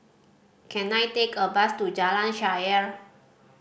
can I take a bus to Jalan Shaer